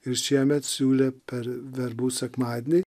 ir šiemet siūlė per verbų sekmadienį